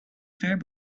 ver